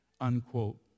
unquote